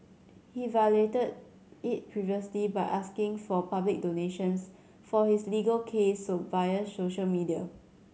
he violated it previously by asking for public donations for his legal case via social media